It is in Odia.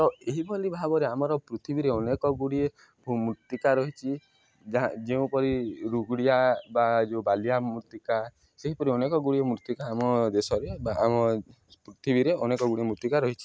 ତ ଏହିଭଳି ଭାବରେ ଆମର ପୃଥିବୀରେ ଅନେକ ଗୁଡ଼ିଏ ମୃତ୍ତିକା ରହିଛି ଯାହା ଯେଉଁପରି ରୁଗୁଡ଼ିଆ ବା ଯେଉଁ ବାଲିଆ ମୃତ୍ତିକା ସେହିପରି ଅନେକ ଗୁଡ଼ିଏ ମୃତ୍ତିକା ଆମ ଦେଶରେ ବା ଆମ ପୃଥିବୀରେ ଅନେକ ଗୁଡ଼ିଏ ମୃତ୍ତିକା ରହିଛି